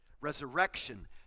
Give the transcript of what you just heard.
Resurrection